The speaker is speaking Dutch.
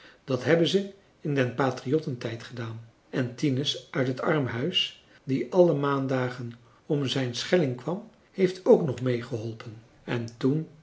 dat hebben ze in den patriottentijd gedaan en tinus uit het armhuis die alle maandagen om zijn schelling kwam heeft k nog meegeholpen en toen